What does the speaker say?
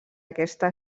aquesta